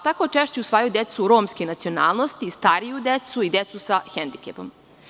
Tako češće usvajaju decu romske nacionalnosti, stariju decu i decu sa hendikepom.